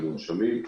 מונשמים,